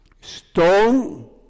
Stone